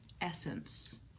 essence